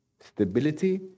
Stability